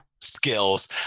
skills